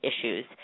issues